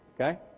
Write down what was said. Okay